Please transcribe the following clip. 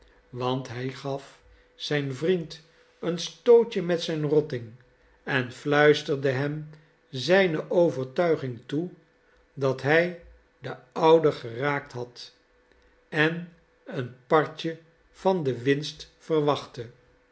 want hij gaf zijn vriend een stootje met zijn rotting en fluisterde hem zijne overtuiging toe dat hij den ouden geraakt had en een partje van de winst verwachtte